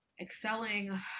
excelling